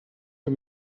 uur